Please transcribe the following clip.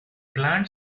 plant